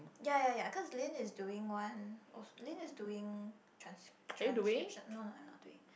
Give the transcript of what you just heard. ya ya ya cause Lin is doing one also Lin is doing trans~ transcription no no I'm not doing